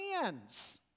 hands